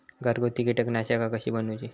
घरगुती कीटकनाशका कशी बनवूची?